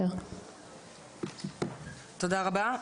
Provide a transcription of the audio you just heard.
תודה רבה.